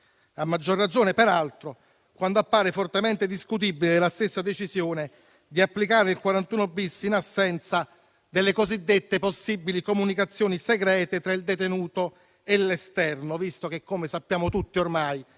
a maggior ragione peraltro quando appare fortemente discutibile la stessa decisione di applicare il 41-*bis* in assenza delle cosiddette possibili comunicazioni segrete tra il detenuto e l'esterno, visto che - come sappiamo tutti ormai